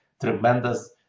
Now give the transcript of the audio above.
Tremendous